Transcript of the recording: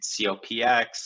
COPX